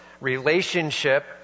Relationship